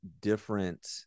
different